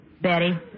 Betty